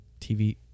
TV